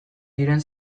diren